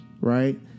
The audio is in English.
Right